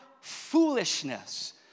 foolishness